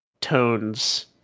tones